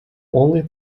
only